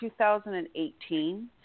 2018